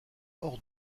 hors